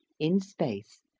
in space,